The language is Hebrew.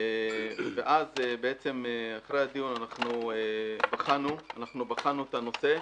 אחרי הדיון אנחנו בחנו את הנושא.